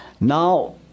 Now